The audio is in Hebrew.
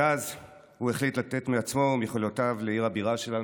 ואז הוא החליט לתת מעצמו ומיכולותיו לעיר הבירה שלנו,